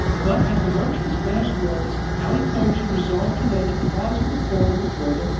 but at the merchant's last words ali cogia resolved to lay the cause of the quarrel before them,